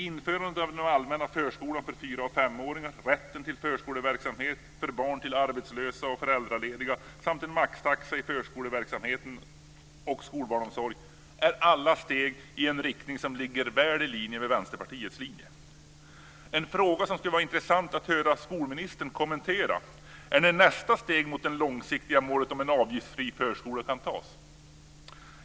Införandet av den allmänna förskolan för fyra och femåringar, rätten till förskoleverksamhet för barn till arbetslösa och föräldralediga samt en maxtaxa i förskoleverksamhet och skolbarnsomsorg är alla steg i en riktning som ligger väl i linje med Vänsterpartiets politik. En fråga som skulle vara intressant att höra skolministern kommentera är när nästa steg mot det långsiktiga målet om en avgiftsfri förskola kan tas.